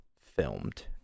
filmed